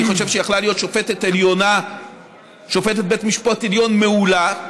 אני חושב שהיא יכלה להיות שופטת בית משפט עליון מעולה,